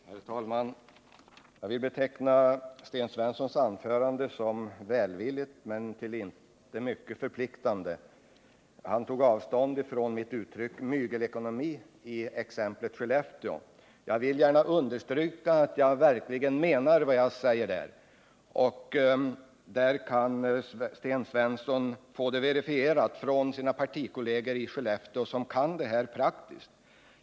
Herr talman! Jag vill beteckna Sten Svenssons anförande som välvilligt men till litet förpliktande. Han tog avstånd från mitt uttryck mygelekonomi. Jag vill understryka att jag verkligen menar vad jag säger. Sten Svensson kan få mina påståenden verifierade av sina partikolleger i Skellefteå, som kan det här praktiskt.